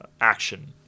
action